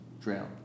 drown